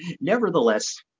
nevertheless